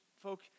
folk